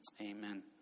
Amen